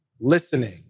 listening